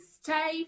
stay